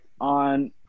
on